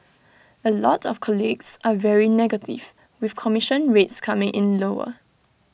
A lot of colleagues are very negative with commission rates coming in lower